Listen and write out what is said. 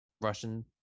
russian